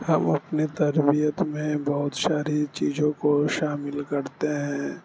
ہم اپنی تربیت میں بہت ساری چیزوں کو شامل کرتے ہیں